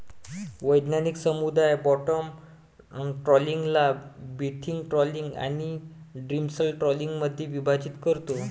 वैज्ञानिक समुदाय बॉटम ट्रॉलिंगला बेंथिक ट्रॉलिंग आणि डिमर्सल ट्रॉलिंगमध्ये विभाजित करतो